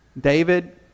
David